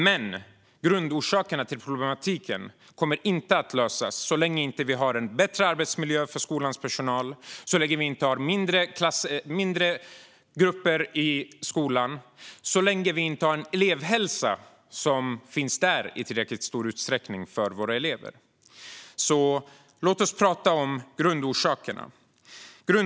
Men grundorsakerna till problematiken kommer inte att åtgärdas så länge vi inte har en bättre arbetsmiljö för skolans personal, så länge vi inte har mindre grupper i skolan och så länge vi inte har en elevhälsa som finns där i tillräckligt stor utsträckning för våra elever. Låt oss därför prata om grundorsakerna.